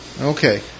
Okay